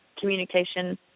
communication